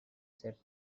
set